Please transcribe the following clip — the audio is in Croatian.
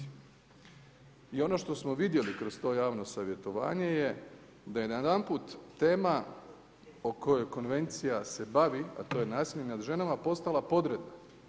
I ono što smo vidjeli kroz to javno savjetovanje je da je najedanput tema o kojoj konvencija se bavi, a to je nasilje nad ženama postala podredna.